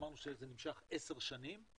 אמרנו שזה נמשך עשר שנים,